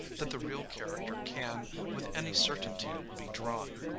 that the real character can, with any certainty be drawn.